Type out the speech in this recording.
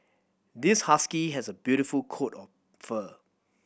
this husky has a beautiful coat of fur